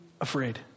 afraid